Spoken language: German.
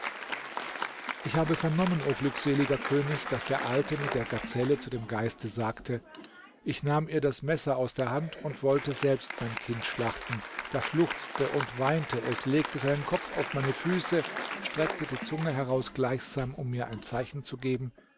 ich habe vernommen o glückseliger könig daß der alte mit der gazelle zu dem geiste sagte ich nahm ihr das messer aus der hand und wollte selbst mein kind schlachten da schluchzte und weinte es legte seinen kopf auf meine füße streckte die zunge heraus gleichsam um mir ein zeichen zu geben